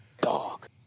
Dog